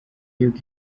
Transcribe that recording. y’uko